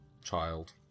child